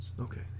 Okay